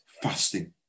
fasting